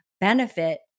benefit